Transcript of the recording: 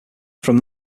from